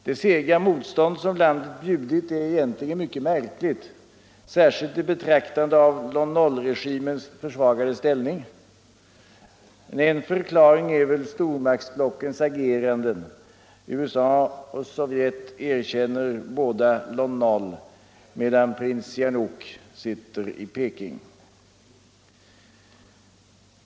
Det sega motstånd som landet bjudit är egentligen mycket märkligt, särskilt i betraktande av Lon Nol-regimens försvagade ställning. En förklaring är väl stormaktsblockens agerande - USA och Sovjet erkänner båda Lon Nol medan prins Sihanouk sitter i Peking!